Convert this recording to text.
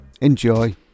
enjoy